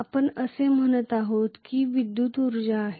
आपण असे म्हणत आहोत की हे काही विद्युत उर्जा आहे